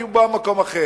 אם הוא בא ממקום אחר.